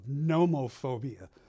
nomophobia